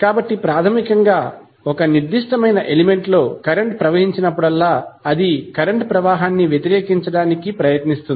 కాబట్టి ప్రాథమికంగా ఒక నిర్దిష్టమైన ఎలిమెంట్ లో కరెంట్ ప్రవహించి నప్పుడల్లా అది కరెంట్ ప్రవాహాన్ని వ్యతిరేకించడానికి ప్రయత్నిస్తుంది